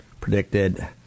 predicted